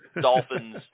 Dolphins